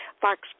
Fox